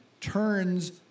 turns